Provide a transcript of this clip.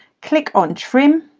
click on trim